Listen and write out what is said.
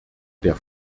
der